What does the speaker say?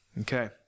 Okay